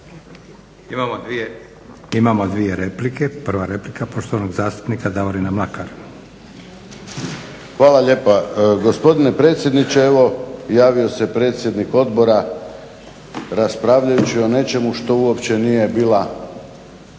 Imamo dvije replike. Prva replika poštovanog zastupnika Davorina Mlakar. **Mlakar, Davorin (HDZ)** Hvala lijepa. Gospodine predsjedniče evo javio se predsjednik Odbora raspravljajući o nečemu što uopće nije bila